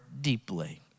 deeply